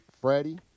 Freddie